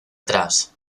atrás